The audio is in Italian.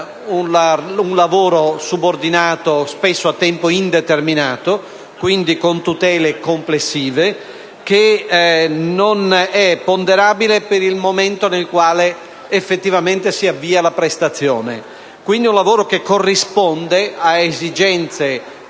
un lavoro subordinato, spesso a tempo indeterminato e con tutele complessive, ma di cui non e ponderabile il momento nel quale effettivamente si avvia la prestazione. Quindi, e` un lavoro che corrisponde